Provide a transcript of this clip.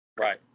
Right